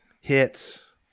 hits